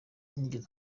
nigeze